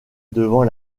devant